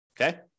Okay